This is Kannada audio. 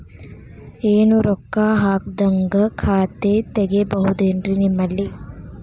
ಏನು ರೊಕ್ಕ ಹಾಕದ್ಹಂಗ ಖಾತೆ ತೆಗೇಬಹುದೇನ್ರಿ ನಿಮ್ಮಲ್ಲಿ?